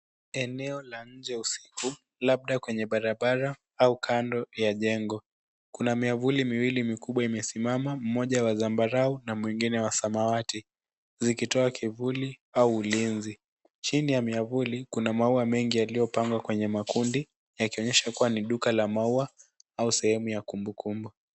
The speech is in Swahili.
Eneo la nje usiku labda kwenye barabara kando ya jengo. Kuna miavuli mikubwa miwili imesimama moja ya zambarau na mwingine wa samawati zikitoa kivuli au ulinzi. Chini ya miavuli kuna maua mengi yaliyopangwa kwenye makundi yakionyesha kuwa ni duka la maua aua sehemu ya kumbukumbu.